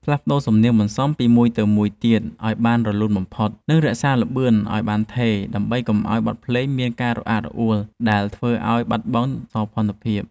ផ្លាស់ប្តូរសំនៀងបន្សំពីមួយទៅមួយទៀតឱ្យបានរលូនបំផុត និងរក្សាល្បឿនឱ្យបានថេរដើម្បីកុំឱ្យបទភ្លេងមានការរអាក់រអួលដែលធ្វើឱ្យបាត់បង់សោភ័ណភាព។